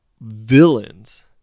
villains